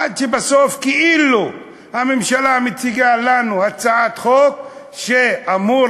עד שבסוף כאילו הממשלה מציגה לנו הצעת חוק שאמורה